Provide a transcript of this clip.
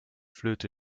flöte